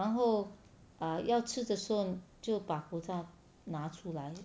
然后 err 要吃的时候就把口罩拿出来